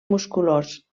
musculós